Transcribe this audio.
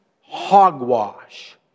hogwash